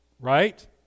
right